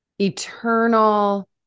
Eternal